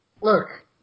Look